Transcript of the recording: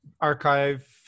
archive